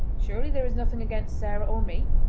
surely there is nothing against sarah or me.